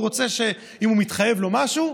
הוא רוצה שאם הוא מתחייב לו למשהו,